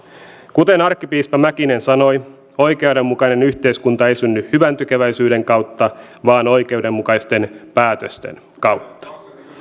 kuten arkkipiispa mäkinen sanoi oikeudenmukainen yhteiskunta ei synny hyväntekeväisyyden kautta vaan oikeudenmukaisten päätösten kautta